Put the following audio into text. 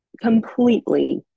completely